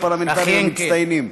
מהפרלמנטרים המצטיינים.